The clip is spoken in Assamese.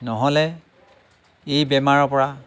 নহ'লে এই বেমাৰৰ পৰা